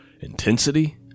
intensity